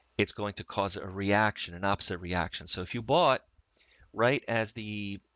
it's going to cause a reaction and opposite reaction. so if you bought right as the